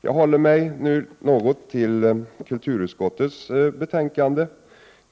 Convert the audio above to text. Jag kommer nu att hålla mig något till kulturutskottets betänkande.